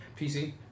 pc